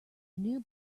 new